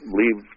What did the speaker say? leave